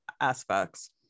aspects